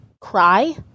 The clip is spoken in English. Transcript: cry